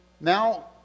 Now